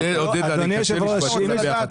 עודד, אני מתקשה לשמוע, אתם מדברים ביחד.